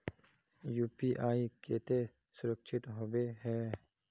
UPI केते सुरक्षित होबे है?